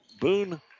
Boone